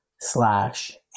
slash